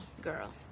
girl